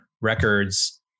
records